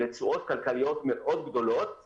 לתשואות כלכליות גדולות מאוד.